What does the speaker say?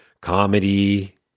comedy